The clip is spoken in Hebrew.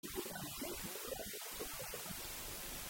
הוא קורבן יחיד והוא לא אמור לדחות את השבת